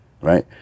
right